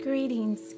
Greetings